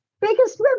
biggest